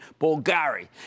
Bulgari